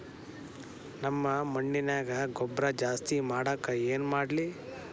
ನಮ್ಮ ಮಣ್ಣಿನ್ಯಾಗ ಗೊಬ್ರಾ ಜಾಸ್ತಿ ಮಾಡಾಕ ಏನ್ ಮಾಡ್ಲಿ?